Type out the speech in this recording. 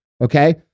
okay